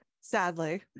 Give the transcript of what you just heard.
Sadly